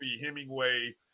Hemingway